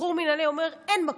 שחרור מינהלי אומר: אין מקום.